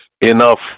enough